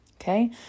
Okay